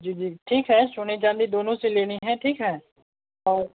जी जी ठीक है सोने चाँदी दोनों से लेने हैं ठीक है और